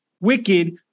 wicked